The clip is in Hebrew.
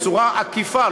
בצורה עקיפה,